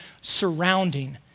surrounding